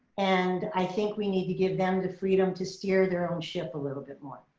and i think we need to give them the freedom to steer their own ship a little bit more.